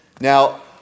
Now